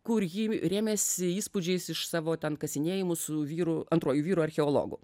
kur ji rėmėsi įspūdžiais iš savo ten kasinėjimų su vyru antruoju vyru archeologu